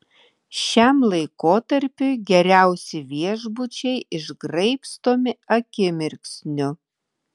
šiam laikotarpiui geriausi viešbučiai išgraibstomi akimirksniu